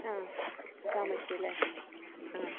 ആ താമസിച്ചല്ലേ ആം